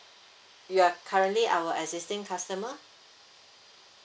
you are currently our existing customer